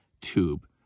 tube